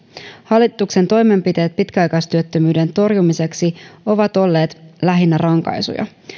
hallituksen toimenpiteet pitkäaikaistyöttömyyden torjumiseksi ovat olleet lähinnä rankaisuja